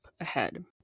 ahead